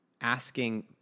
asking